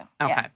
Okay